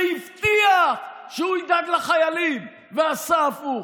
שהבטיח שהוא ידאג לחיילים, ועשה הפוך.